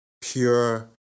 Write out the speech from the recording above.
pure